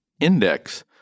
index